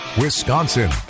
wisconsin